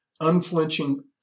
unflinching